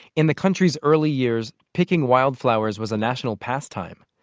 in the country's early years, picking wildflowers was a national pastime.